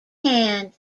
hand